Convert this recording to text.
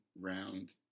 round